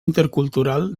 intercultural